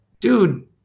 dude